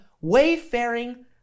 wayfaring